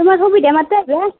তোমাৰ সুবিধা মতে আহিবা